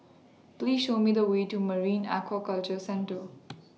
Please Show Me The Way to Marine Aquaculture Centre